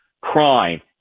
crime